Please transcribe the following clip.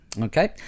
Okay